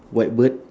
white bird